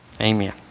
Amen